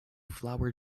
flour